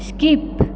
skip